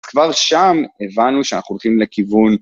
כבר שם הבנו שאנחנו הולכים לכיוון...